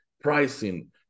pricing